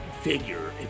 figure